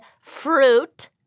fruit